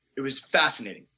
it was fascinating.